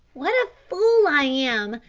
what a fool i am,